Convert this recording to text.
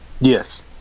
Yes